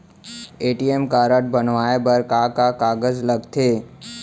ATM card बनवाये बर का का कागज लगथे?